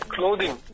Clothing